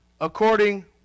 according